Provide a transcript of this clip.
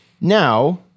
Now